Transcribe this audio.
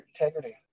integrity